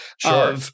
Sure